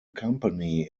company